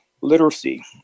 literacy